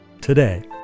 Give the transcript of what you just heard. today